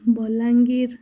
Balangir